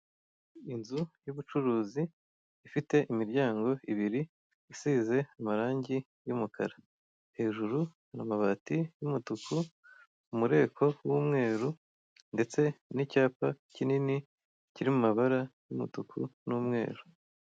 Inzu y'ubucuruzi ifite imiryango ibiri, isize amarangi y'umukara, hejuru amabati y'umutuku, umureko w'umweru ndetse n'icyapa kinini kiri mu mabara y'umutuku n'umweru.